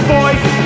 voice